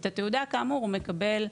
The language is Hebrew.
את התעודה כאמור הוא מקבל,